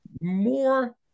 more